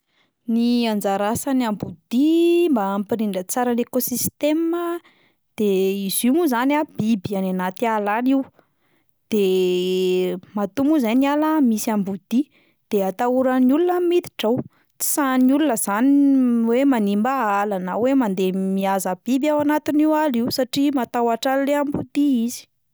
Ny anjara asan'ny amboadia mba hampirindra tsara ny ekôsistema, de izy io moa zany a biby any anaty ala any io, de matoa moa zay ny ala misy amboadia de atahoran'ny olona ny miditra ao, tsy sahin'ny olona zany m- ny hoe manimba ala na hoe mandeha mihaza biby ao anatin'io ala io satria matahotra an'le amboadia izy.